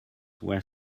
were